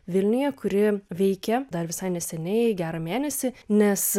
vilniuje kuri veikė dar visai neseniai gerą mėnesį nes